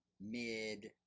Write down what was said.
Mid